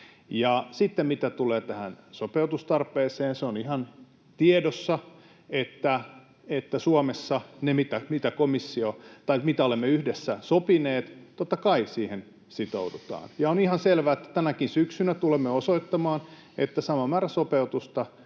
sitten mitä tulee tähän sopeutustarpeeseen, se on ihan tiedossa, että Suomessa siihen, mitä olemme yhdessä sopineet, totta kai sitoudutaan. Ja on ihan selvä, että tänäkin syksynä tulemme osoittamaan, että sama määrä sopeutusta